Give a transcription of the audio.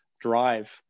drive